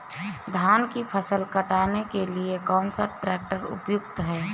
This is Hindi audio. धान की फसल काटने के लिए कौन सा ट्रैक्टर उपयुक्त है?